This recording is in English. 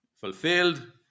fulfilled